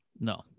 No